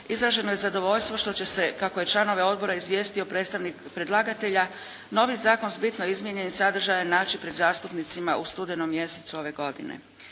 izraženo je zadovoljstvo što će se, kako je članove odbora izvijestio predstavnik predlagatelja, novi zakon bitno izmijenjen i sadržajan naći pred zastupnicima u studenom mjesecu ove godine.